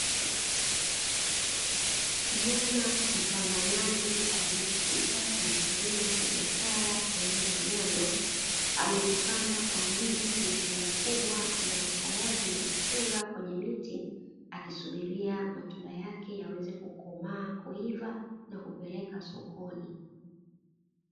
Kijana mpambanaji aliyejikita kwenye kilimo cha biashara aina ya nyanya amezipanda kwa wingi kwenye shamba kubwa, na tayari amezifunga kwenye miti akisubiria matunda yake yaweze kukomaa, kuiva na kupeleka sokoni.